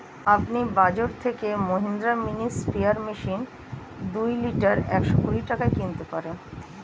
আপনি বাজর থেকে মহিন্দ্রা মিনি স্প্রেয়ার মেশিন দুই লিটার একশো কুড়ি টাকায় কিনতে পারবেন